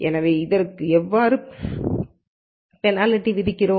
எனவே இதற்கு எவ்வாறு பெனால்டி விதிக்கிறோம்